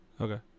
Okay